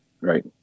right